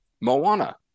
Moana